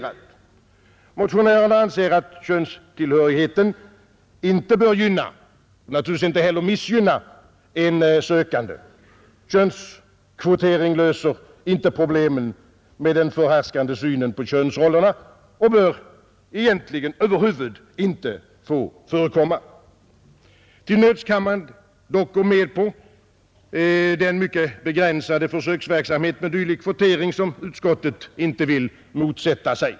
Vi motionärer anser att könstillhörigheten inte bör gynna — och naturligtvis inte heller missgynna — en sökande. Könskvotering löser inte problemen med den förhärskande synen på könsrollerna och bör egentligen inte få förekomma över huvud taget. Till nöds kan man dock gå med på den mycket begränsade försöksverksamhet med dylik kvotering som utskottet inte vill motsätta sig.